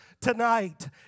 tonight